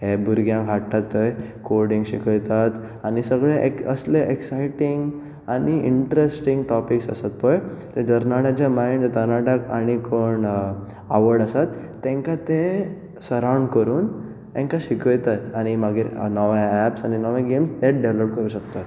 हे भुरग्यांक हाडटात थंय कॉडींग शिकयतात आनी सगळें असलें एक्सायटींग आनी इंट्रस्टींग टॉपिक्स आसात पळय तरणाट्यांच्या मांयड तरणाट्यांक आनी कोण आवड आसा तेंकां ते सरांवड करून तेंका शिकयतात आनी मागीर नवे आहात सिनीयरांक घेवन ते डेवलप करू शकता